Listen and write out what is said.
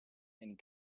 and